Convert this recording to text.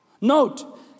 note